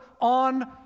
on